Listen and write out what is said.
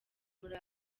muri